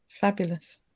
fabulous